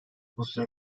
rusya